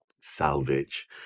salvage